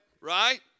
Right